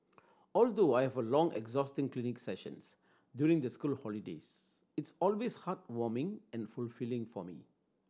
although I have long exhausting clinic sessions during the school holidays it's always heartwarming and fulfilling for me